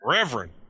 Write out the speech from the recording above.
Reverend